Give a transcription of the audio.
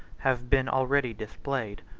have been already displayed.